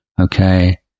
okay